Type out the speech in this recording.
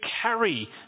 carry